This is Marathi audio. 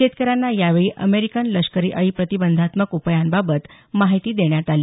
शेतकऱ्यांना यावेळी अमेरिकन लष्करी अळी प्रतिबंधात्मक उपायांबाबत माहिती देण्यात आली